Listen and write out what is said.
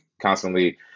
constantly